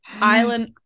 Island